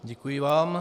Děkuji vám.